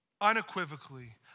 unequivocally